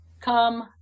come